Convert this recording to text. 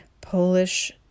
polish